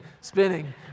spinning